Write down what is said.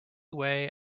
way